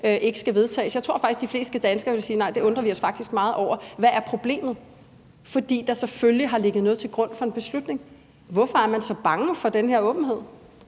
ikke skal vedtages? Jeg tror faktisk, at de fleste danskere ville sige: Nej, det undrer vi os faktisk meget over. Hvad er problemet? For der har selvfølgelig ligget noget til grund for en beslutning. Hvorfor er man så bange for den her åbenhed?